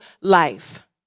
life